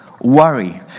worry